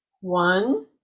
One